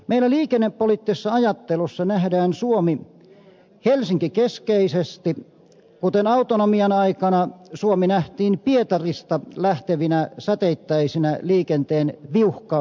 meillä liikennepoliittisessa ajattelussa nähdään suomi helsinki keskeisesti kuten autonomian aikana suomi nähtiin pietarista lähtevinä säteittäisinä liikenteen viuhkasuuntautumisina